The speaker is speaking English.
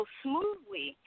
smoothly